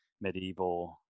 medieval